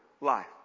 life